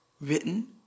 Written